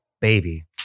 baby